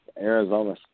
Arizona